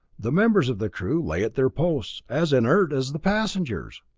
the members of the crew lay at their posts, as inert as the passengers!